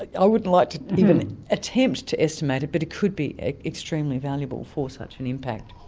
i wouldn't like to even attempt to estimate it, but it could be extremely valuable for such an impact.